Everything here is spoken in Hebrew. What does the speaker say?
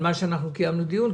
מה שקיימנו עליו דיון,